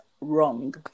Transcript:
wrong